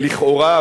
לכאורה,